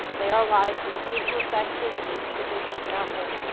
they are lives of ceaseless activity producing nothing.